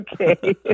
Okay